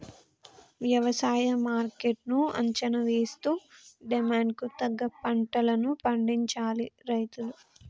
వ్యవసాయ మార్కెట్ ను అంచనా వేస్తూ డిమాండ్ కు తగ్గ పంటలను పండించాలి రైతులు